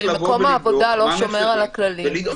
אבל אם מקום העבודה לא שומר על הכללים,